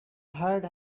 heard